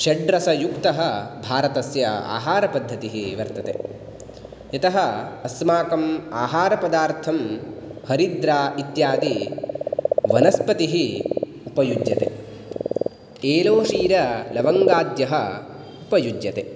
षड्रसयुक्तः भारतस्य आहारपद्धतिः वर्तते यतः अस्माकं आहारपदार्थं हरिद्रा इत्यादि वनस्पतिः उपयुज्यते एलोशीललवङ्गाद्यः उपयुज्यते